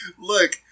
look